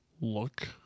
look